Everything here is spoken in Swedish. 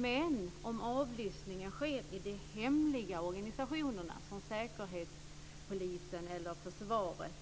Men om avlyssningen sker i de hemliga organisationerna, som säkerhetspolisen eller försvaret,